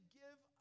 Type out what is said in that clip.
give